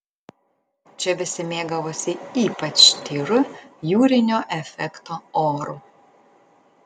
čia visi mėgavosi ypač tyru jūrinio efekto oru